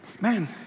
man